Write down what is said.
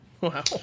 Wow